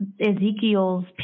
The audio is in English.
Ezekiel's